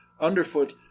underfoot